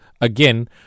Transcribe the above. again